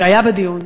שהיה בדיון: